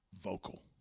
vocal